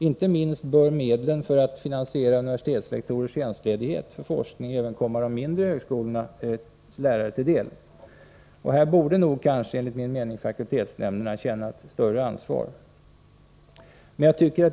Inte minst medel för att finansiera universitetslektorers tjänstledighet för forskning bör komma även de mindre högskolornas lärare till del. Enligt min mening borde kanske fakultetsnämn 45 derna känna ett större ansvar i det här avseendet.